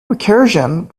recursion